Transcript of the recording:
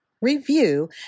review